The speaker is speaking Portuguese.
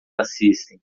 assistem